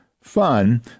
fun—